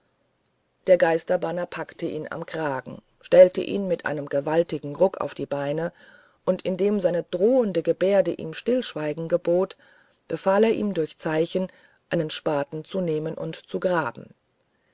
der geisterbanner packte ihn am kragen stellte ihn mit einem gewaltigen ruck auf die beine und indem seine drohende gebärde ihm stillschweigen gebot befahl er ihm durch zeichen einen spaten zu nehmen und zu graben